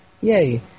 Yay